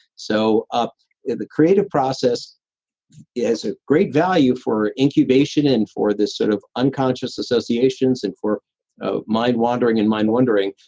so the the creative process is a great value for incubation and for this sort of unconscious associations and for ah mind-wandering and mind wondering.